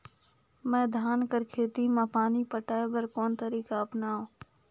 मैं धान कर खेती म पानी पटाय बर कोन तरीका अपनावो?